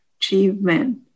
achievement